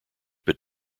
but